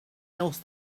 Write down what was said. else